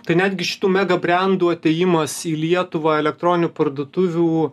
tai netgi šitų mega brendų atėjimas į lietuvą elektroninių parduotuvių